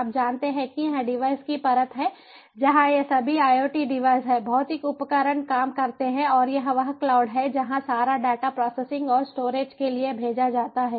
आप जानते हैं कि यह डिवाइस की परत है जहाँ ये सभी IoT डिवाइस हैं भौतिक उपकरण काम करते हैं और यह वह क्लाउड है जहाँ सारा डेटा प्रोसेसिंग और स्टोरेज के लिए भेजा जाता है